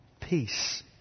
peace